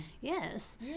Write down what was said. Yes